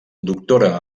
doctora